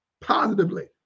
positively